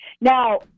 Now